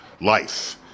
life